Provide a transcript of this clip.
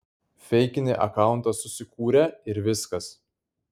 feikinį akauntą susikūrė ir viskas